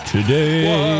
Today